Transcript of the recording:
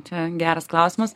čia geras klausimas